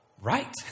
Right